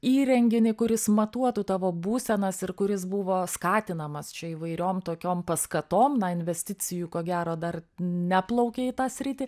įrenginį kuris matuotų tavo būsenas ir kuris buvo skatinamas čia įvairiom tokiom paskatom na investicijų ko gero dar neplaukia į tą sritį